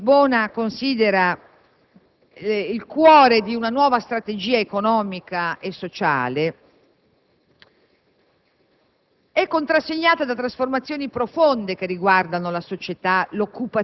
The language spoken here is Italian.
L'economia della conoscenza, che Lisbona considera il cuore di una nuova strategia economica e sociale,